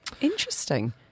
Interesting